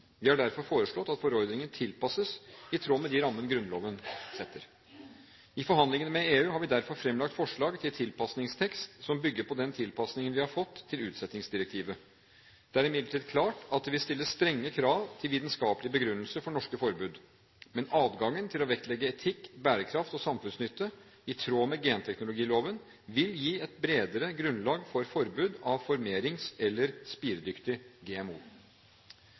Vi har derfor foreslått at forordningen tilpasses i tråd med de rammer Grunnloven setter. I forhandlingene med EU har vi derfor fremlagt forslag til tilpasningstekst som bygger på den tilpasningen vi har fått til utsettingsdirektivet. Det er imidlertid klart at det vil stilles strenge krav til vitenskapelig begrunnelse for norske forbud. Men adgangen til å vektlegge etikk, bærekraft og samfunnsnytte – i tråd med genteknologiloven – vil gi et bredere grunnlag for forbud av formerings- eller spiredyktig GMO.